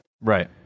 Right